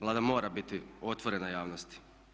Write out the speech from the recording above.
Vlada mora biti otvorena javnosti.